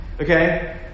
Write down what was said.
Okay